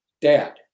Dad